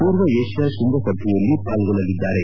ಪೂರ್ವ ಏಷ್ಡಾ ತೃಂಗಸಭೆಯಲ್ಲಿ ಪಾಲ್ಗೊಳ್ಳಲಿದ್ದಾರೆ